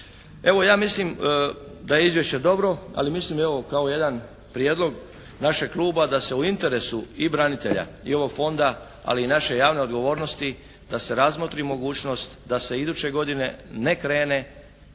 Evo ja mislim da je izvješće dobro, ali mislim evo kao jedan prijedlog našeg kluba da se u interesu i branitelja i ovog fonda, ali i naše javne odgovornosti da se razmotri mogućnost da se iduće godine ne krene i ne